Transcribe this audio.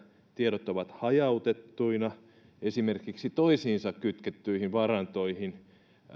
tiedot ovat hajautettuina esimerkiksi toisiinsa kytkettyihin varantoihin